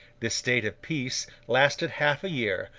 this state of peace lasted half a year,